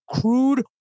crude